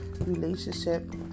relationship